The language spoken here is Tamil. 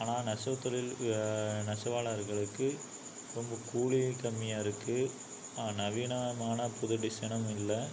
ஆனால் நெசவுத்தொழில் நெசவாளர்களுக்கு ரொம்ப கூலியும் கம்மியாக இருக்குது நவீனாமான புது டிசைனும் இல்லை